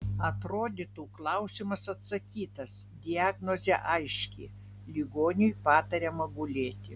atrodytų klausimas atsakytas diagnozė aiški ligoniui patariama gulėti